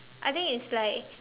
I think it's like